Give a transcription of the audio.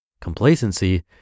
Complacency